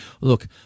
look